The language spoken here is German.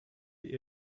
die